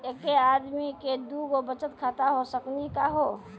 एके आदमी के दू गो बचत खाता हो सकनी का हो?